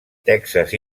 texas